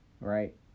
right